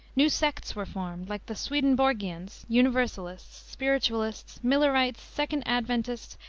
new sects were formed, like the swedenborgians, universalists, spiritualists, millerites, second adventists,